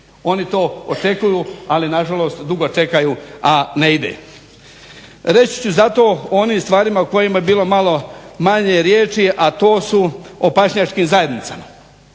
Oni to očekuju, ali nažalost dugo čekaju, a ne ide. Reći ću zato o onim stvarima o kojima je bilo malo manje riječi, a to su o pašnjačkim zajednicama.